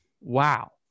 Wow